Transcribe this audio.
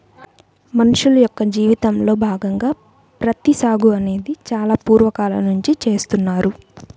మనుషుల యొక్క జీవనంలో భాగంగా ప్రత్తి సాగు అనేది చాలా పూర్వ కాలం నుంచే చేస్తున్నారు